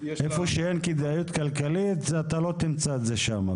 איפה שאין כדאיות כלכלית, אתה לא תמצא את זה שם.